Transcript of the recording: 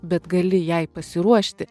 bet gali jai pasiruošti